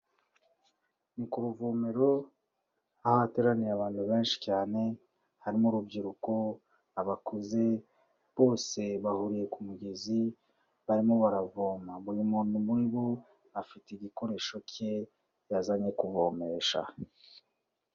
Ni ku ruvomero ahateraniye abantu benshi cyane, harimo urubyiruko, abakuze, bose bahuriye ku mugezi barimo baravoma, buri muntu muri bo afite igikoresho cye yazanye kuvomesha.